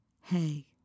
Hey